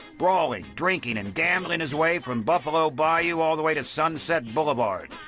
brawling, drinking and gambling his way from buffalo bayou all the way to sunset boulevard.